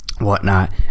whatnot